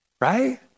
Right